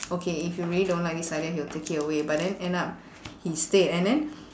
okay if you really don't like this idea he'll take it away but then end up he stayed and then